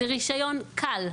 זה רישיון קל,